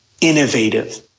innovative